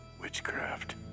Witchcraft